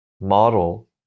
model